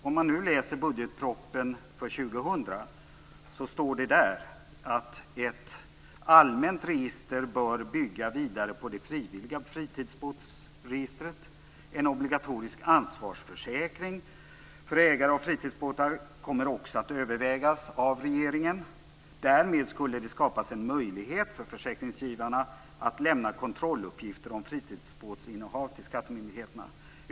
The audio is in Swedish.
Om man nu läser budgetpropositionen för år 2000 står det där att ett allmänt register bör bygga vidare på det frivilliga fritidsbåtsregistret. En obligatorisk ansvarsförsäkring för ägare av fritidsbåtar kommer också att övervägas av regeringen. Därmed skulle det skapas en möjlighet för försäkringsgivarna att lämna kontrolluppgifter om fritidsbåtsinnehav till skattemyndigheterna.